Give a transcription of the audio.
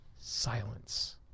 silence